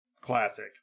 Classic